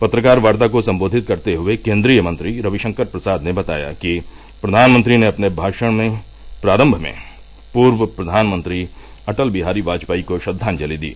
पत्रकार वार्ता को संबोधित करते हुए केन्द्रीय मंत्री रविशंकर प्रसाद ने बताया कि प्रघानमंत्री ने अपने भाषण में प्रारम्भ में पूर्व प्रधानमंत्री अटल बिहारी वाजपेयी को श्रद्वांजलि दी